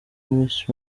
miss